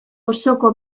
osoko